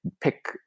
pick